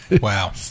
Wow